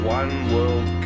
one-world